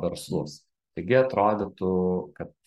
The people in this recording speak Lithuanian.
verslus taigi atrodytų kad